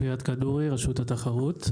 אני מרשות התחרות.